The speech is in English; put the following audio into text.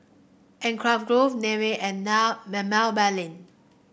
grove Nivea and now